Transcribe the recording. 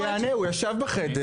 הוא ישב בחדר.